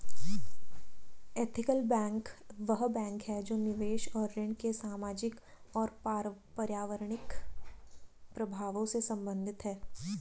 ethical bank वह bank है जो निवेश और ऋण के सामाजिक और पर्यावरणीय प्रभावों से संबंधित है